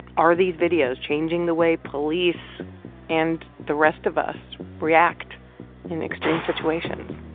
are these videos changing the way police and the rest of us react in extreme situations?